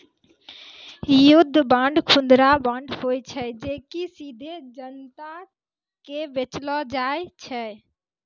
युद्ध बांड, खुदरा बांड होय छै जे कि सीधे जनता के बेचलो जाय छै